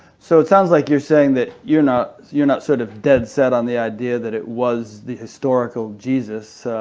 so it sound like you're saying that you're not you're not sort of dead-set on the idea that it was the historical jesus,